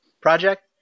project